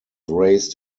raised